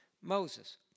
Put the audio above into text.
Moses